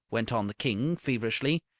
went on the king, feverishly.